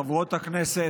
חברות הכנסת,